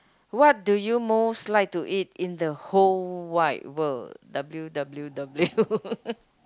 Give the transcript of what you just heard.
what do you most like to eat in the whole wide world W W W